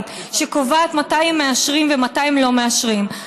שקובעת מתי הם מאשרים ומתי הם לא מאשרים.